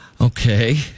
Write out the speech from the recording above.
okay